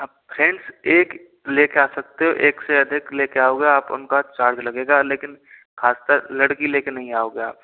आप फ्रेंड्स एक ले कर आ सकते हो एक से अधिक ले कर आओगे आप उनका चार्ज लगेगा लेकिन खास कर लड़की ले कर नहीं आओगे आप